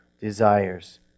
desires